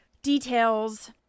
details